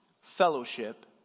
Fellowship